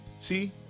See